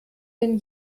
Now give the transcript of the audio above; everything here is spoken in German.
denn